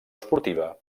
esportiva